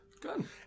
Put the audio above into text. Good